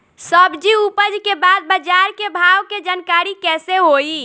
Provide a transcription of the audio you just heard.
सब्जी उपज के बाद बाजार के भाव के जानकारी कैसे होई?